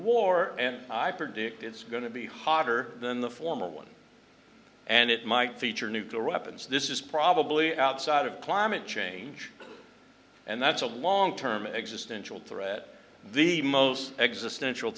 war and i predict it's going to be hotter than the former one and it might feature nuclear weapons this is probably outside of climate change and that's a long term existential threat the most existential